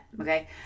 okay